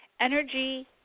energy